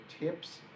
TIPS